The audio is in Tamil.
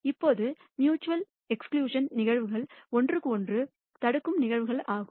இப்போது மியூச்சுவல் எக்ஸ்க்ளுஷன் நிகழ்வுகள் ஒன்றுக்கு ஒன்று தடுக்கும் நிகழ்வுகள் ஆகும்